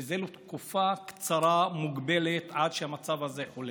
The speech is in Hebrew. וזה לתקופה קצרה, מוגבלת, עד שהמצב הזה חולף.